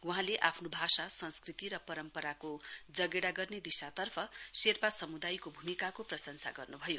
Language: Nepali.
वहाँले आफ्नो भाषा संस्कृति र परम्पराको जगेड़ा गर्ने दिशातर्फ शेर्पा समुदायको भूमिकाको प्रशंसा गर्नुभयो